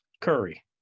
Curry